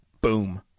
Boom